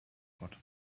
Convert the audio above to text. gott